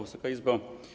Wysoka Izbo!